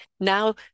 Now